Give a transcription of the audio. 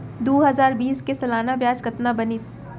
दू हजार बीस के सालाना ब्याज कतना बनिस?